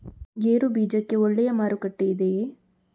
ಗೇರು ಬೀಜಕ್ಕೆ ಒಳ್ಳೆಯ ಮಾರುಕಟ್ಟೆ ಇದೆಯೇ?